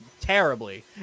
terribly